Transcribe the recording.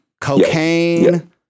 cocaine